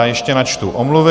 Ještě načtu omluvy.